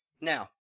Now